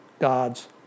God's